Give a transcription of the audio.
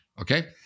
Okay